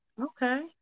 Okay